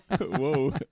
Whoa